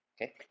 Okay